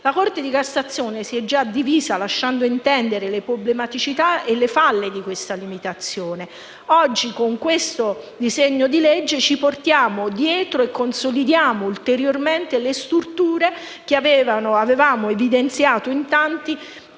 la Corte di cassazione si è già divisa, lasciando intendere le problematicità e le falle di questa limitazione. Oggi, con questo disegno di legge, ci portiamo dietro e consolidiamo ulteriormente le storture che avevamo evidenziato in tanti